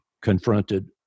confronted